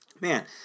man